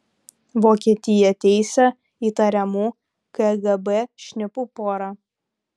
vokietija teisia įtariamų kgb šnipų porą